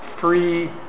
free